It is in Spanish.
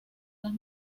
las